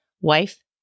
wife